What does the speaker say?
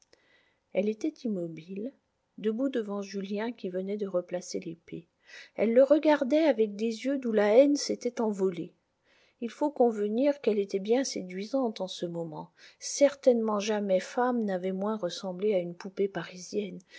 elle était immobile debout devant julien qui venait de replacer l'épée elle le regardait avec des yeux d'où la haine s'était envolée il faut convenir qu'elle était bien séduisante en ce moment certainement jamais femme n'avait moins ressemblé à une poupée parisienne